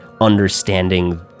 understanding